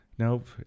nope